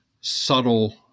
subtle